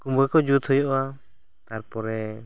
ᱠᱩᱢᱵᱟᱹ ᱠᱚ ᱡᱩᱛ ᱦᱩᱭᱩᱜᱼᱟ ᱛᱟᱨᱯᱚᱨᱮ